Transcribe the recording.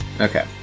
Okay